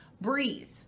breathe